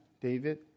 David